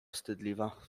wstydliwa